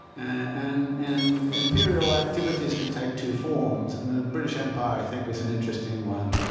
and and imperial activities can take two forms. and the british empire, i think, was an interesting one,